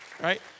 Right